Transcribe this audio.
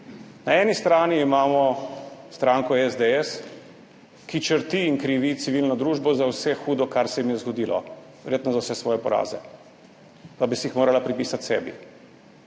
Na eni strani imamo stranko SDS, ki črti in krivi civilno družbo za vse hudo, kar se jim je zgodilo. Verjetno za vse svoje poraze. Pa bi si jih morala pripisati sebi.